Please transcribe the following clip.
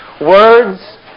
Words